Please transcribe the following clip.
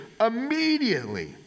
immediately